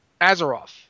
Azeroth